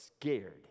scared